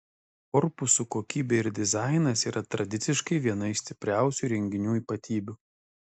korpusų kokybė ir dizainas yra tradiciškai viena iš stipriausių įrenginių ypatybių